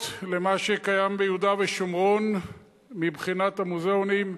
למה שקיים ביהודה ושומרון מבחינת המוזיאונים,